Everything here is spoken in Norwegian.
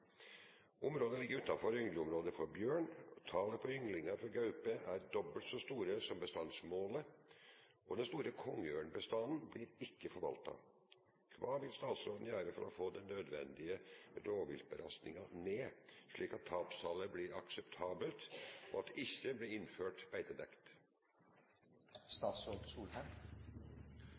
Området ligg utanfor yngleområdet for bjørn, talet på ynglingar for gaupe er dobbelt så stort som bestandsmålet, og den store kongeørnbestanden blir ikkje forvalta. Kva vil statsråden gjere for å få den totale rovviltbelastninga ned, slik at tapstalet blir akseptabelt, og at det ikkje blir innført